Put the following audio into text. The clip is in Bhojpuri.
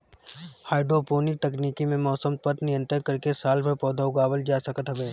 हाइड्रोपोनिक तकनीकी में मौसम पअ नियंत्रण करके सालभर पौधा उगावल जा सकत हवे